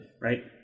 right